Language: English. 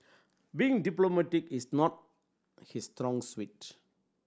being diplomatic is not his strong suite